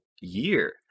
year